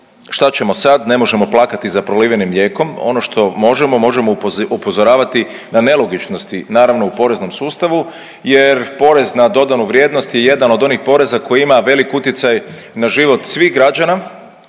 šta ćemo sad? Ne možemo plakati za prolivenim mlijekom. Ono što možemo, možemo upozoravati na nelogičnosti naravno u poreznom sustavu jer porez na dodanu vrijednost je jedan od onih poreza koji ima velik utjecaj na život svih građana.